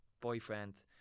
boyfriend